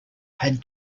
had